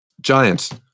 Giants